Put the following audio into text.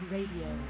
Radio